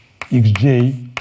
xj